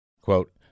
quote